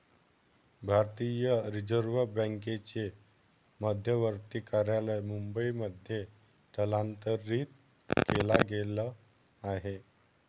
भारतीय रिझर्व बँकेचे मध्यवर्ती कार्यालय मुंबई मध्ये स्थलांतरित केला गेल आहे